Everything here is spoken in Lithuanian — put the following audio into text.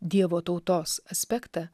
dievo tautos aspektą